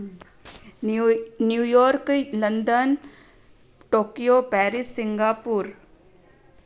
new New York London Tokyo Paris Singapore